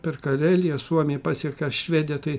per kareliją suomiją pasiekia švediją tai